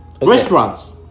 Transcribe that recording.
Restaurants